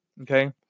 Okay